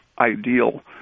ideal